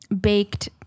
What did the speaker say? baked